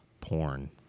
porn